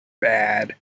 bad